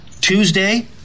tuesday